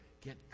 get